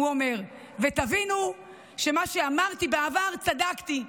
הוא אומר, ותבינו שבמה שאמרתי בעבר צדקתי,